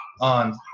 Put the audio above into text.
on